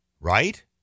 Right